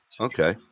Okay